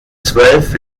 zwölf